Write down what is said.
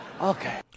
Okay